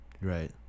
Right